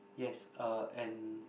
yes uh and